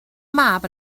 mab